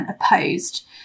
opposed